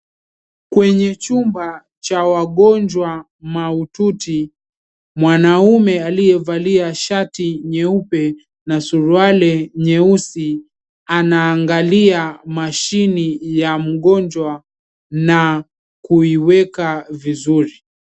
Kwenye chumba cha wagonjwa mahututi, mwanaume aliyevalia shati nyeupe na suruali nyeusi anaangalia mashine ya mgonjwa na kuiweka vizuri.